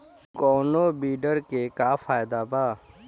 कौनो वीडर के का फायदा बा?